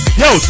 yo